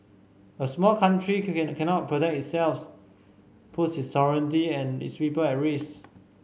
a small country cannot protect puts its sovereignty and its people at risk